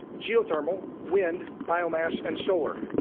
geothermal, wind, biomass, and solar.